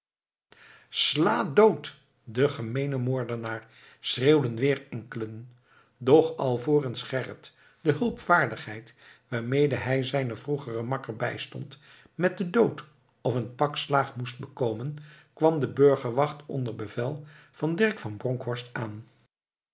sla dood den gemeenen moordenaar schreeuwden weer enkelen doch alvorens gerrit de hulpvaardigheid waarmede hij zijnen vroegeren makker bijstond met den dood of een pak slaag moest bekoopen kwam de burgerwacht onder bevel van dirk van bronkhorst aan